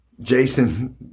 Jason